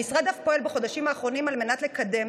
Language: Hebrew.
המשרד אף פועל בחודשים האחרונים על מנת לקדם